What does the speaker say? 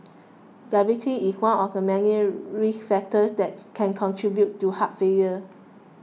diabetes is one of the many risk factors that can contribute to heart failure